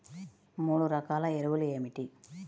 మూడు రకాల ఎరువులు ఏమిటి?